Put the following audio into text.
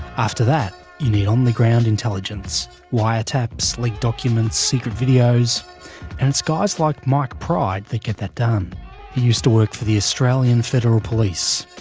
after that, you need on-the-ground intelligence wiretaps leaked documents secret videos. and it's guys like mike pride that get that done. he used to work for the australian federal police.